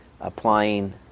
applying